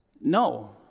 No